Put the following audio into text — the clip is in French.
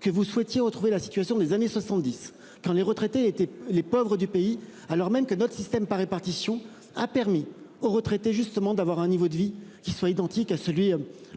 que vous souhaitiez retrouver la situation des années 70 quand les retraités étaient les pauvres du pays alors même que notre système par répartition a permis aux retraités justement d'avoir un niveau de vie qui soit identique à celui.